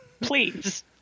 Please